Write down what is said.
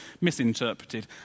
misinterpreted